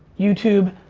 youtube.